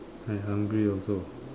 I hungry also